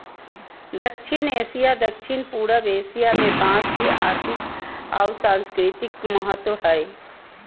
दक्षिण एशिया, दक्षिण पूर्व एशिया में बांस के आर्थिक आऊ सांस्कृतिक महत्व हइ